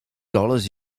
dollars